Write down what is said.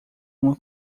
uma